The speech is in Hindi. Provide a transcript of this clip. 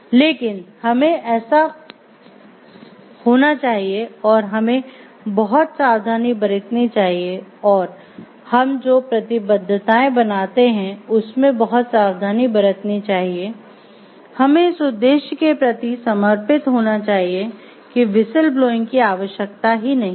लेकिन हमें ऐसा होना चाहिए और हमें बहुत सावधानी बरतनी चाहिए और हम जो प्रतिबद्धताएं बनाते हैं उसमें बहुत सावधानी बरतनी चाहिए हमें इस उद्देश्य के प्रति समर्पित होना चाहिए कि व्हिसिल ब्लोइंग की आवश्यकता ही नहीं है